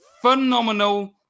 Phenomenal